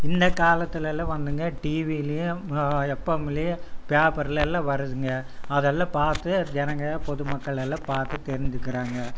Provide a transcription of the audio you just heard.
இந்தக் காலத்தில் வந்துங்க டிவிலேயும் எப்ஃஎம்லேயும் பேப்பரில் எல்லாம் வருதுங்க அதெல்லாம் பார்த்து ஜனங்கள் பொதுமக்கள் எல்லாம் பார்த்து தெரிஞ்சுக்கிறாங்க